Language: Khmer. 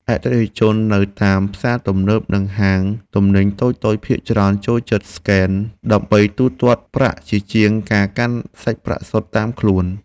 អតិថិជននៅតាមផ្សារទំនើប និងហាងទំនិញតូចៗភាគច្រើនចូលចិត្តស្កែនកូដ ដើម្បីទូទាត់ប្រាក់ជាជាងការកាន់សាច់ប្រាក់សុទ្ធតាមខ្លួន។